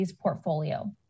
portfolio